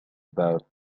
about